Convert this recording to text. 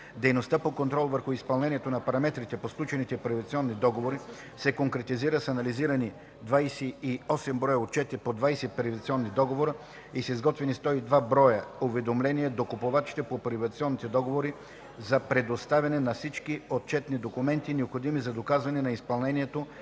Дейността по контрол върху изпълнението на параметрите по сключените приватизационни договори се конкретизира с анализирани 26 броя отчети по 20 приватизационни договора и с изготвени 102 броя уведомления до купувачите по приватизационните договори за представяне на всички отчетни документи, необходими за доказване на изпълнението